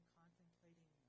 contemplating